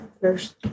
first